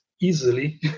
easily